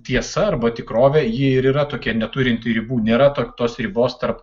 tiesa arba tikrovė ji yra tokia neturinti ribų nėra tos ribos tarp